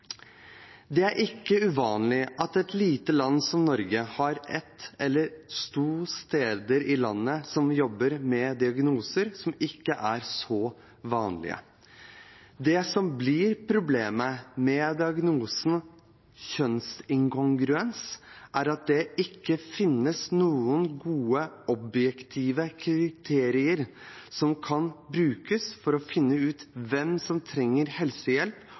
Det er ikke uvanlig at et lite land som Norge har ett eller to steder i landet som jobber med diagnoser som ikke er så vanlige. Det som blir problemet med diagnosen kjønnsinkongruens, er at det ikke finnes noen gode, objektive kriterier som kan brukes for å finne ut hvem som trenger helsehjelp,